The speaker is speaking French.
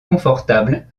confortable